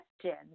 question